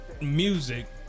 music